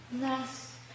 less